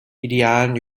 idealen